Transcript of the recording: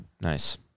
Nice